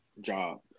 job